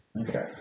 Okay